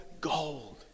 gold